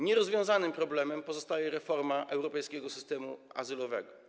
Nierozwiązanym problemem pozostaje reforma europejskiego systemu azylowego.